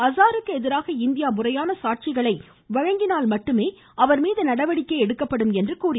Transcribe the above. அஸாருக்கு எதிராக இந்தியா முறையான சாட்சிகளை வழங்கினால் மட்டுமே அவர் மீது நடவடிக்கை எடுக்கப்படும் என்றும் தெரிவித்தார்